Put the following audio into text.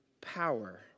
power